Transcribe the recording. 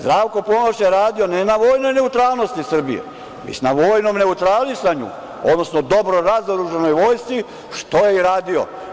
Zdravko Ponoš je radio ne na vojnoj neutralnosti Srbije, već na vojnom neutralisanju, odnosno dobro razoružanoj vojsci, što je i radio.